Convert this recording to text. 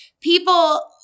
People